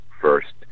first